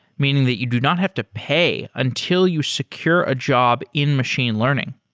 meaning that you do not have to pay until you secure a job in machine learning.